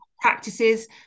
practices